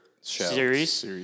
series